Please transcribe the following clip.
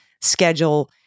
schedule